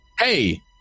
hey